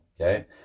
okay